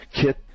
kit